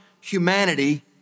humanity